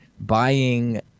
buying